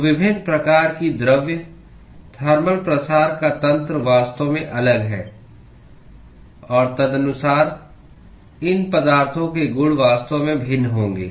तो विभिन्न प्रकार की द्रव्य थर्मल प्रसार का तंत्र वास्तव में अलग है और तदनुसार इन पदार्थों के गुण वास्तव में भिन्न होंगे